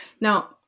Now